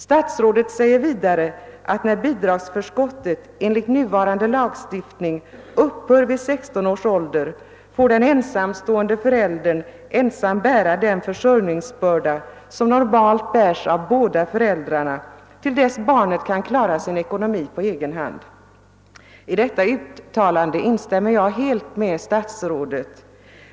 Statsrådet säger vidare att när bidragsförskottet enligt nuvarande lagstiftning upphör vid 16 års ålder, får den ensamstående föräldern ensam bära den försörjningsbörda som normalt bärs av båda föräldrarna, till dess barnet kan klara sin ekonomi på egen hand. Jag instämmer helt i detta uttalande av statsrådet.